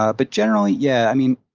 ah but generally, yeah, i mean,